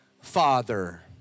father